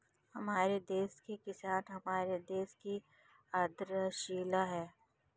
हमारे देश के किसान हमारे देश की आधारशिला है